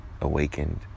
awakened